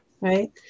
Right